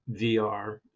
VR